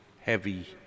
heavy